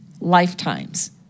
lifetimes